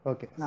Okay